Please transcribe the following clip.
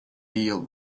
deal